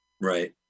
Right